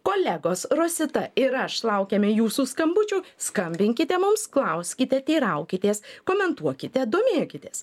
kolegos rosita ir aš laukiame jūsų skambučių skambinkite mums klauskite teiraukitės komentuokite domėkitės